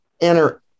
enter